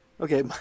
Okay